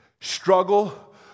struggle